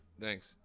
Thanks